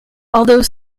although